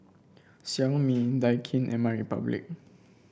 Xiaomi Daikin and MyRepublic